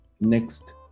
next